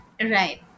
Right